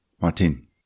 Martin